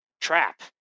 trap